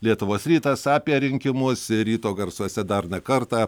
lietuvos rytas apie rinkimus ir ryto garsuose dar ne kartą